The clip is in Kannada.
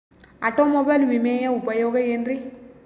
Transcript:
ಆಟೋಮೊಬೈಲ್ ವಿಮೆಯ ಉಪಯೋಗ ಏನ್ರೀ?